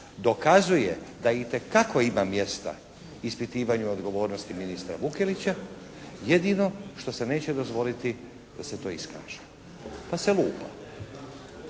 dokazuje da itekako ima mjesta ispitivanju odgovornosti ministra Vukelića jedino što se neće dozvoliti da se to iskaže. Pa se lupa.